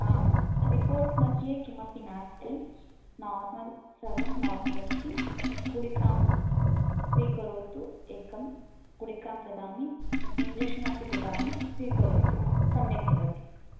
आं रिपोर्ट् मध्ये किमपि नास्ति नार्मल् सर्वं नार्मल् अस्ति गुलिकां स्वीकरोतु एकां गुलिकां ददामि इञ्जेक्शन् अपि ददामि स्वीकरोतु सम्यक् भवति